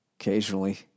Occasionally